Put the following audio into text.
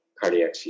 cardiac